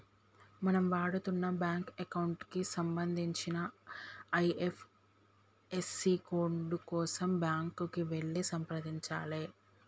మనం వాడుతున్న bank account కి సంబంధించిన ఐ.ఎఫ్.ఎస్.సి కోడ్ కోసం బ్యాంకుకి వెళ్లి సంప్రదించాలే